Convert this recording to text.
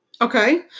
Okay